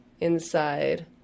inside